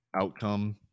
outcome